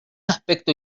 aspecto